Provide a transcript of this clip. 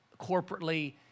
corporately